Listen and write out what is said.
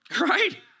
right